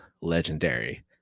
legendary